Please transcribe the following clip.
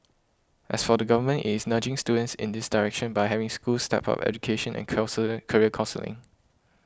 as for the Government it is nudging students in this direction by having schools step up education and career counselling